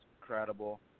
incredible